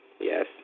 Yes